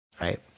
Right